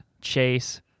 Chase